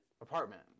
Apartment